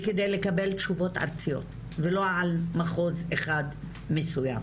וכדי לקבל תשובות ארציות, ולא על מחוז אחד מסוים.